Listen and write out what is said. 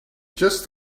just